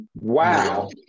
Wow